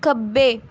ਖੱਬੇ